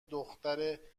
دختر